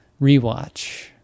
rewatch